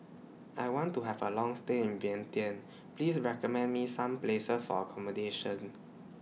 I want to Have A Long stay in Vientiane Please recommend Me Some Places For accommodation